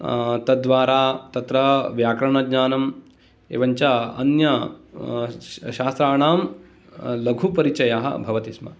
तद्द्वारा तत्र व्याकरणज्ञानम् एवञ्च अन्यशास्त्राणां लघुपरिचयः भवति स्म